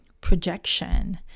projection